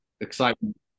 excitement